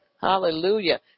Hallelujah